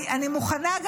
אני גם מוכנה,